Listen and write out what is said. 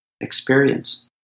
experience